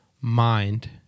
mind